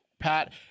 Pat